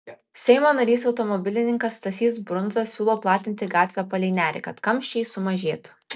seimo narys automobilininkas stasys brundza siūlo platinti gatvę palei nerį kad kamščiai sumažėtų